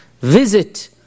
visit